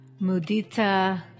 mudita